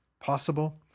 possible